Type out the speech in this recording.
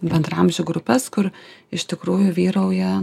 bendraamžių grupes kur iš tikrųjų vyrauja